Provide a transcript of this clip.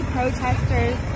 protesters